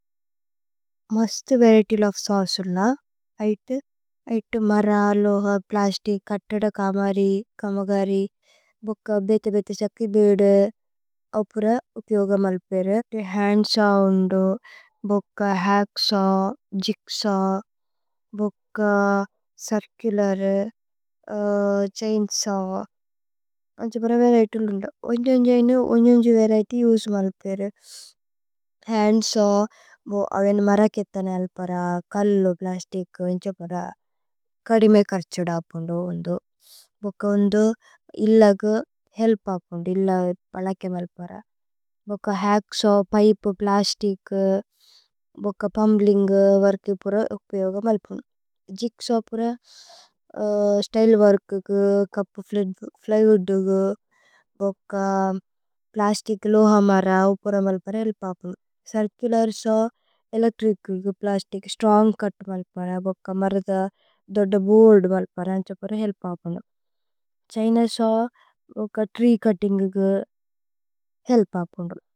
മസ്ത് വരിഏത്യ് ലോവേ സവ്സ് ഉല്ല ഐഥു। മര, ലോഹ, പ്ലസ്തിക്, കത്തദ കമരി, കമകരി। ബോക ബേഥ ബേഥ ഛക്കി ബേഅദു അപുര ഉപ്യോഗ മല്പേരേ। ഹന്ദ് സവ് ഉന്ദു ബോക ഹച്ക് സവ് ജിഗ് സവ് ബോക ചിര്ചുലര്। ഛൈന് സവ് ഉന്ഛേ പര വരിഏത്യ് ഉന്ദു ഉന്ഛേ ഉന്ഛേ। വരിഏത്യ് ഉസേ മല്പേരേ ഹന്ദ് സവ് അവേന് മര കേത്തനേ। അല്പര കല്ലു പ്ലസ്തിക് ഉന്ഛേ പര കദിമേ കര്ഛുദ। അപുന്ദു ഉന്ദു ഭോക ഉന്ദു ഇല്ല ഗു ഹേല്പ് അപുന്ദു ഇല്ല। പലകേ മല്പര ഭോക ഹച്ക് സവ് പിപേ പ്ലസ്തിക് ബോക। പുമ്ബ്ലിന്ഗു വര്കേ പുര ഉപ്യോഗ മല്പുനു। ജിഗ് സവ് പുര സ്ത്യ്ലേ വോര്ക് കുകു ചുപ്। പ്ല്യ്വൂദ് കുകു ബോക പ്ലസ്തിക് ലോഹ മര ഉപുര മല്പേരേ। ഹേല്പ് അപുന്ദു ഛിര്ചുലര് സവ് ഏലേച്ത്രിച് കുകു പ്ലസ്തിച്। സ്ത്രോന്ഗ് ചുത് മല്പേരേ ബോക മരദ ദോദ ബോഅര്ദ്। മല്പേരേ ഉന്ഛേ പുര ഹേല്പ് അപുന്ദു ഛ്ഹൈന് സവ്। ബോക ത്രീ ചുത്തിന്ഗ് കുകു ഹേല്പ് അപുന്ദു।